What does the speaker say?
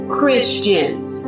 christians